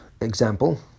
example